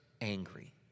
angry